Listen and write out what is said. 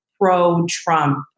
pro-Trump